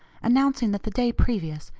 announcing that the day previous,